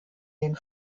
den